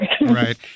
Right